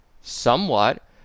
Somewhat